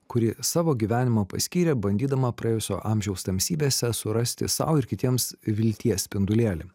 kuri savo gyvenimą paskyrė bandydama praėjusio amžiaus tamsybėse surasti sau ir kitiems vilties spindulėlį